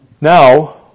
Now